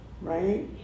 right